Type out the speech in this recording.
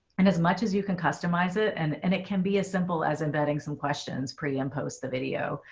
and as much as you can customize it and and it can be as simple as embedding some questions pre and post the video,